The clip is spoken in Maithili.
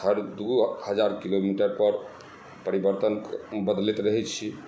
हर दू गो हजार किलोमीटर पर परिवर्तन बदलैत रहै छी